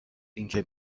اینکه